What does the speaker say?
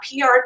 PR